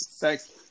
thanks